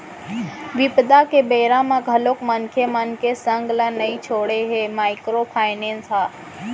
बिपदा के बेरा म घलोक मनखे मन के संग ल नइ छोड़े हे माइक्रो फायनेंस ह